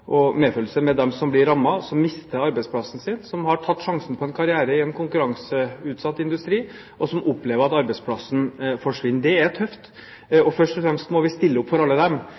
medfølelse med dem som blir rammet, som mister arbeidsplassen sin, som har tatt sjansen på en karriere i en konkurranseutsatt industri, og som opplever at arbeidsplassen forsvinner. Det er tøft. Først og fremst må vi stille opp for alle dem